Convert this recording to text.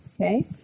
okay